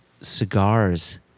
cigars